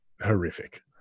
horrific